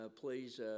please